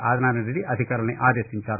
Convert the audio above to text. ఆదినారాయణరెడ్డి అధికారులను ఆదేశించారు